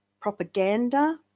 propaganda